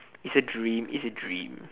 it's a dream it's a dream